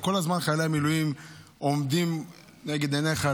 כל הזמן חיילי המילואים עומדים לנגד עיניך,